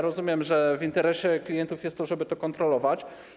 Rozumiem, że w interesie klientów jest to, żeby to kontrolować.